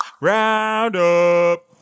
Roundup